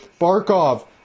Barkov